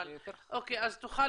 אז תוכל,